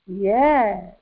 Yes